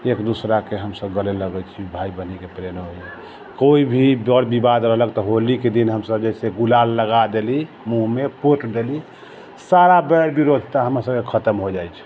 एक दोसराके हमसभ गले लगैत छी भाय बनयके कोइ भी बैर विवाद रहलक तऽ होलीके दिन हमसभ जे गुलाल लगा देली मुँहमे पोत देली सारा बैर विरोध तामस खतम हो जाइत छै